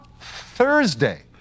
thursday